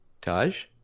taj